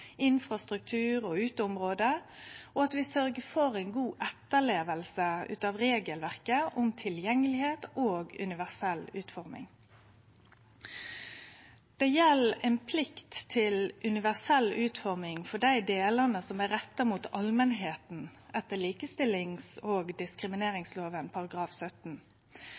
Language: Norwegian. infrastruktur og uteområde, og at vi sørgjer for ei god etterleving av regelverket om tilgjengelegheit og universell utforming. Det gjeld ei plikt til universell utforming for dei delane som er retta mot allmenta etter likestillings- og diskrimineringslova § 17.